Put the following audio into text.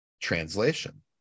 translation